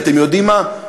כי אתם יודעים מה,